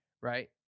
right